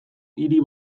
hiri